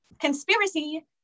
Conspiracy